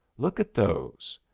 look at those.